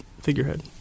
figurehead